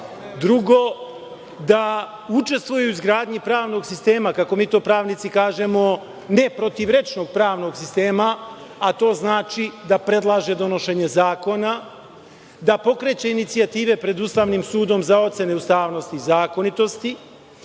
Drugo, da učestvuje u izgradnji pravnog sistema, kako mi to pravnici kažemo, neprotivrečnog pravnog sistema, a to znači da predlaže donošenje zakona, da pokreće inicijative pred Ustavnim sudom za ocene ustavnosti i zakonitosti.